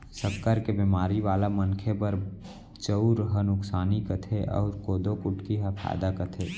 सक्कर के बेमारी वाला मनखे बर चउर ह नुकसानी करथे अउ कोदो कुटकी ह फायदा करथे